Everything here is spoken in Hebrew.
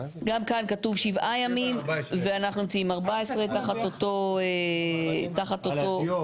גם כאן כתוב "7 ימים" ואנחנו מציעים 14 תחת אותו --- על הטיוב,